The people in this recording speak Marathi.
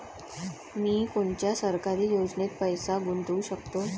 मी कोनच्या सरकारी योजनेत पैसा गुतवू शकतो?